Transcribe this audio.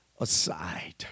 aside